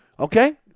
Okay